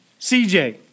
CJ